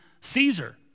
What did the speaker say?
Caesar